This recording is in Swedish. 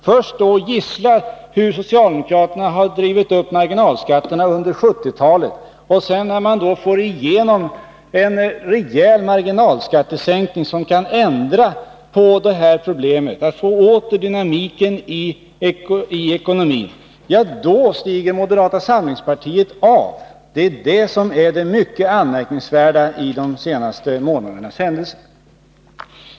Först gisslar ni socialdemokraternas sätt att driva upp marginalskatterna under 1970-talet och sedan — när man får igenom en rejäl marginalskattesänkning, som kan ändra på detta problem och ge tillbaka dynamiken i ekonomin — stiger moderata samlingspartiet av. Det är det som är det mycket anmärkningsvärda i de senaste månadernas händelser.